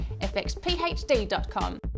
fxphd.com